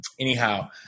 Anyhow